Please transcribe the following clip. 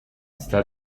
sta